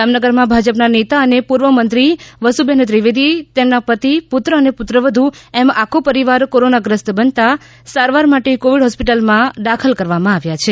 જામનગરમાં ભાજપના નેતા અને પૂર્વ મંત્રી વસુબેન ત્રિવેદી તેમણે પતિ પુત્ર અને પુત્રવધ્ એમ આખો પરિવાર કોરોનાગ્રસ્ત બનતાં સારવાર માટે કોવિડ હોસ્પિટલમાં સારવાર માટે દાખલ કરાયા છે